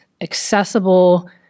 accessible